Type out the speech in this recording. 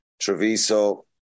Treviso